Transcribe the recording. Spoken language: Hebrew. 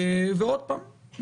עוד פעם,